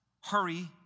hurry